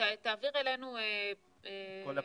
תעביר אלינו --- את כל הפניות?